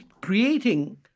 creating